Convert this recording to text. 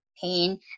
pain